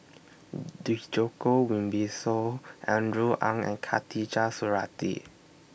Djoko Wibisono Andrew Ang and Khatijah Surattee